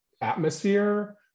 atmosphere